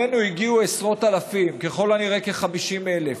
אלינו הגיעו עשרות אלפים, ככל הנראה כ-50,000.